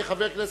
כחבר כנסת,